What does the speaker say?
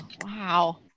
Wow